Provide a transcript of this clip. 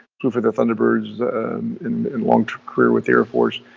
who flew the thunderbirds and long term career with the air force.